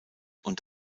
und